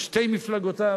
על שתי מפלגותיו.